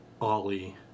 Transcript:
Ollie